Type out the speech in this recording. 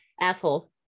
asshole